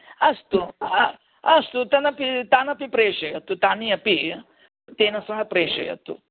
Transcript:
अस्तु अस्तु तन् अपि तान् अपि प्रेषयतु तानि अपि तेन सह प्रेषयतु